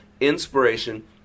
inspiration